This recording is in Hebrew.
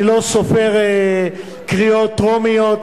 אני לא סופר קריאות טרומיות,